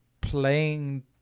playing